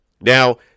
Now